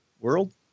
World